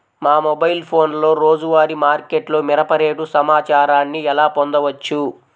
మా మొబైల్ ఫోన్లలో రోజువారీ మార్కెట్లో మిరప రేటు సమాచారాన్ని ఎలా పొందవచ్చు?